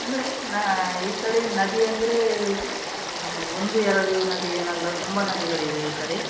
ಅಂದರೆ ನ ಈ ಕಡೆ ನದಿ ಅಂದರೆ ಒಂದು ಎರಡು ನದಿ ಏನಲ್ಲ ತುಂಬ ನದಿಗಳಿವೆ ಈ ಕಡೆ